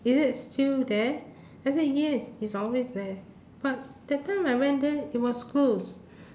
is it still there I said yes it's always there but that time I went there it was closed